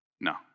No